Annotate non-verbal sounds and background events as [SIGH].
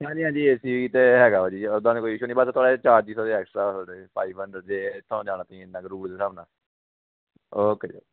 ਹਾਂਜੀ ਹਾਂਜੀ A C ਤਾਂ ਹੈਗਾ ਵਾ ਜੀ ਉੱਦਾਂ ਦਾ ਕੋਈ ਇਸ਼ੂ ਨਹੀਂ ਬਸ ਥੋੜ੍ਹਾ ਜਿਹਾ ਚਾਰਜਿਸ ਉਹਦੇ ਐਕਸਟਰਾ [UNINTELLIGIBLE] ਫਾਈਵ ਹੰਡਰਡ ਜੇ ਇੱਥੋਂ ਜਾਣਾ ਤੁਸੀਂ ਇੰਨਾ ਕੁ ਰੂਲ ਦੇ ਹਿਸਾਬ ਨਾਲ ਓਕੇ ਜੀ ਓਕੇ